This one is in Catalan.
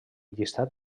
llistat